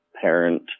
parent